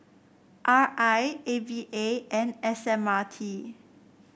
R I A V A and S M R T